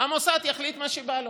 המוסד יחליט מה שבא לו.